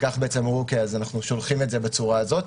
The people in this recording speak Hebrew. והם שולחים בצורה הזאת.